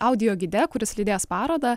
audio gide kuris lydės parodą